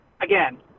Again